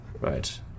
Right